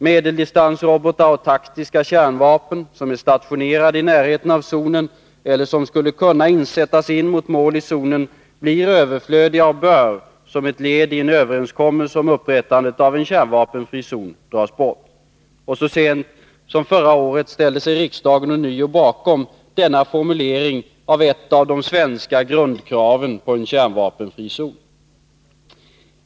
Medeldistansrobotar och taktiska kärnvapen, som är stationerade i närheten av zonen och som skulle kunna sättas in mot mål inom zonen, blir överflödiga och bör, som ett led i en överenskommelse om upprättande av en kärnvapenfri zon, dras bort. Så sent som förra året ställde sig riksdagen ånyo bakom denna formulering av ett av de svenska grundkraven på en kärnvapenfri zon.